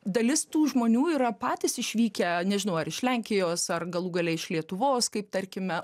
dalis tų žmonių yra patys išvykę nežinau ar iš lenkijos ar galų gale iš lietuvos kaip tarkime